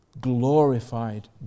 glorified